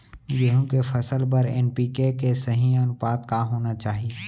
गेहूँ के फसल बर एन.पी.के के सही अनुपात का होना चाही?